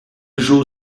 jour